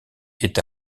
est